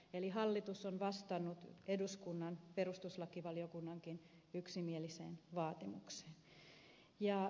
eli hallitus on vastannut eduskunnan perustuslakivaliokunnankin yksimieliseen vaatimukseen